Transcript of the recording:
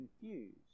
confused